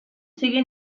sigue